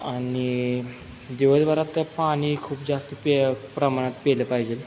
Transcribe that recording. आणि दिवसभरात त्या पाणी खूप जास्त पेय प्रमाणात पिलं पाहिजे